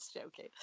joking